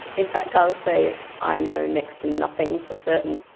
in fact i would say i know next to nothing for certain.